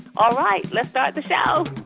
all right. let's start the show